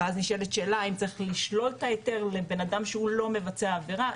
ואז נשאלת שאלה האם צריך לשלול את ההיתר לבנאדם שהוא לא מבצע העבירה.